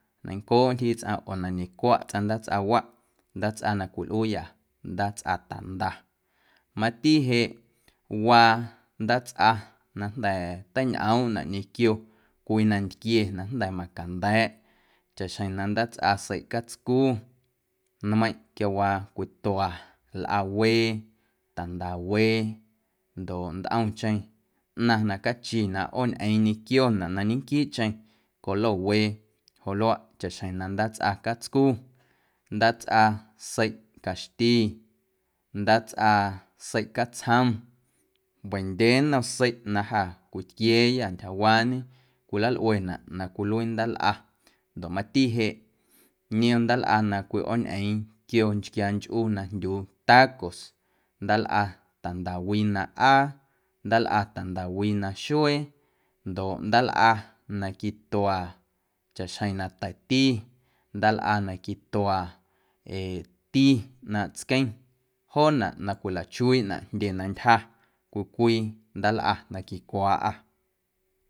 Neiⁿncooꞌ ntyjii tsꞌaⁿ oo na ñecwaꞌ tsꞌaⁿ ndaatsꞌawaꞌ, ndaatsꞌa na cwilꞌuuyâ ndaatsꞌa tanda, mati jeꞌ waa ndaatsꞌa na jnda̱ teiñꞌoomꞌnaꞌ ñequio cwii nantquie na jnda̱ macanda̱a̱ꞌ chaꞌxjeⁿ na ndaatsꞌa seiꞌ catcu nmeiⁿꞌ quiawaa cwitua lꞌawee, tandawee ndoꞌ ntꞌomcheⁿ ꞌnaⁿ na cachi na ꞌooñꞌeeⁿ ñequionaꞌ na ñenquiiꞌcheⁿ colowee joꞌ na chaꞌxjeⁿ ndaatsꞌa catscu, ndaatsꞌa seiꞌ caxti, ndaatsꞌa seiꞌ catsjom wendyee nnom seiꞌ na jâ cwitquia̱a̱yâ ntyjawaañe cwilalꞌuenaꞌ na cwiluii ndaalꞌa ndoꞌ matiꞌ jeꞌ niom ndaalꞌa ꞌooñꞌeeⁿ quio nchquiaa nchꞌu na jndyuu tacos ndaalꞌa tandawii na ꞌaa, ndaalꞌa tandawii na xuee ndoꞌ ndaalꞌa na quitua chaꞌxjeⁿ na ta̱ti, ndaalꞌa na quitua ee ti ꞌnaaⁿꞌ tsqueⁿ joonaꞌ na cwilachuiiꞌnaꞌ jndye na ntyja cwii cwii ndaalꞌa na quicwaaꞌâ.